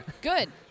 good